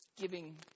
giving